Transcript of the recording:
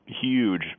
huge